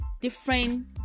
different